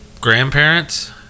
grandparents